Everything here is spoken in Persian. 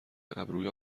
ابروی